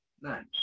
Nice